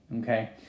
Okay